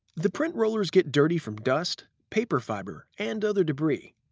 the printer rollers get dirty from dust, paper fiber, and other debris.